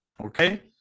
okay